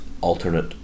alternate